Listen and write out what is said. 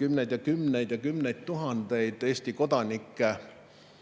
kümneid ja kümneid ja kümneid tuhandeid Eesti kodanikke,